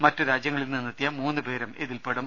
മറ്റ് രാജ്യങ്ങളിൽ നിന്നെ ത്തിയ മൂന്നു പേരും ഇതിൽപെടും